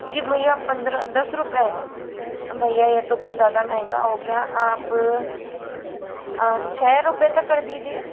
जी भैया पंद्रह दस रुपए भैया ये तो कुछ ज़्यादा महंगा हो गया आप छः रुपए तक कर दीजिए